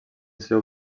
seu